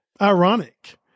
ironic